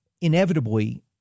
inevitably